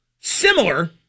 similar